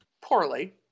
Poorly